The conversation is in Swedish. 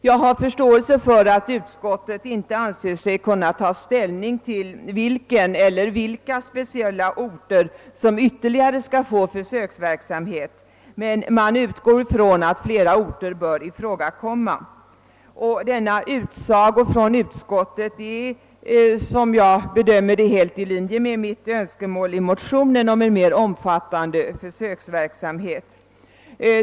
Jag har förståelse för att utskottet inte anser sig kunna ta ställning till vilken eller vilka speciella orter som ytterligare skall få försöksverksamhet, men man 'utgår ifrån att flera orter bör ifrågakomma. Detta uttalande från utskottet är; som": jag bedömer det, helt i linje med mitt önskemål i motionen om en mer omfattande försöksverksamhet.